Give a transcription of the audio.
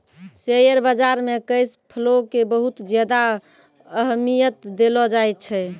share बाजार मे cash flow के बहुत ज्यादा अहमियत देलो जाए छै